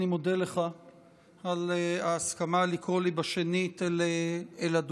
אני מודה לך על ההסכמה לקרוא לי שנית אל הדוכן.